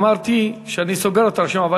להירשם, אמרתי שאני סוגר את הרשימה.